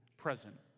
present